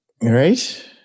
Right